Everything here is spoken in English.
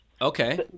Okay